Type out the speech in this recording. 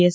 S